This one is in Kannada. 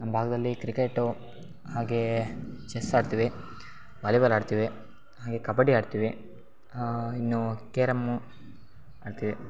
ನಮ್ಮ ಭಾಗದಲ್ಲಿ ಕ್ರಿಕೆಟು ಹಾಗೇ ಚೆಸ್ ಆಡ್ತೀವಿ ವಾಲಿಬಾಲ್ ಆಡ್ತೀವಿ ಹಾಗೇ ಕಬಡ್ಡಿ ಆಡ್ತೀವಿ ಇನ್ನು ಕೇರಮ್ಮು ಆಡ್ತೀವಿ